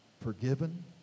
Forgiven